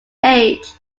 age